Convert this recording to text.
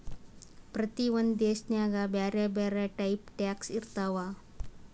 ಪ್ರತಿ ಒಂದ್ ದೇಶನಾಗ್ ಬ್ಯಾರೆ ಬ್ಯಾರೆ ಟೈಪ್ ಟ್ಯಾಕ್ಸ್ ಇರ್ತಾವ್